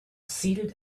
seated